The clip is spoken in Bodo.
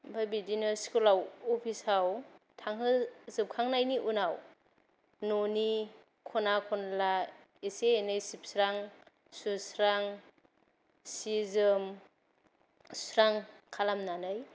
ओमफ्राय बिदिनो स्कुलाव अफिसाव थांहो जोबखांनायनि उनाव न'नि ख'ना खनला एसे एनै सिबस्रां सुस्रां सि जोम सुस्रां खालामनानै